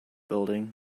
building